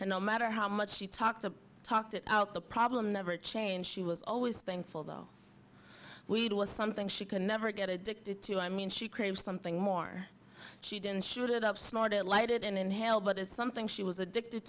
and no matter how much she talked to talked it out the problem never changed she was always thankful though weed was something she could never get addicted to i mean she craved something more she didn't shoot it up snort it light it and inhale but it's something she was addicted